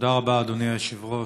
תודה רבה, אדוני היושב-ראש.